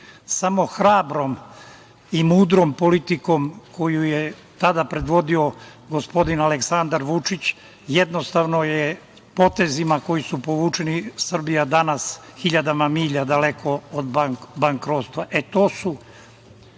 Samo hrabrom i mudrom politikom koju je tada predvodio gospodin Aleksandar Vučić, jednostavno je potezima koji su povučeni, Srbija danas hiljadama milja daleko od bankrotstva. E, to su